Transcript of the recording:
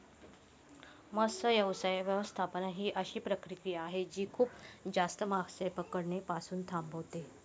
मत्स्य व्यवसाय व्यवस्थापन ही अशी प्रक्रिया आहे जी खूप जास्त मासे पकडणे पासून थांबवते